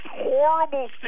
horrible